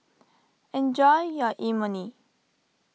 enjoy your Imoni